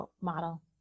model